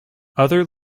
other